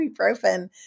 ibuprofen